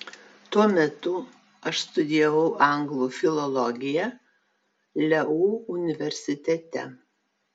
tuo metu aš studijavau anglų filologiją leu universitete